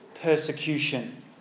persecution